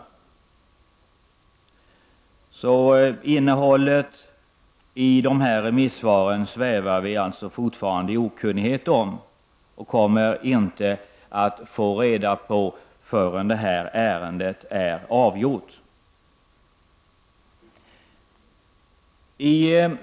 Vi svävar alltså fortfarande i okunnighet om innehållet i dessa remissvar, och vi kommer inte att få reda på detta innehåll förrän ärendet är avgjort.